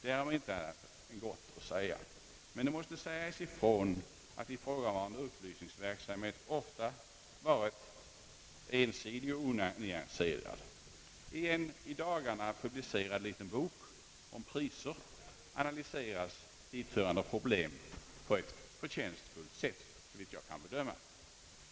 Därom är inte annat än gott att säga, men det måste sägas ifrån att ifrågavarande upplysningsverksamhet ofta varit ensidig och onyanserad. I en i dagarna publicerad liten bok om priser analyseras hithörande problem på ett förtjänstfullt sätt, såvitt jag kan be döma.